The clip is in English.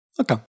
Okay